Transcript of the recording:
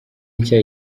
nshya